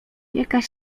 jakaś